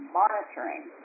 monitoring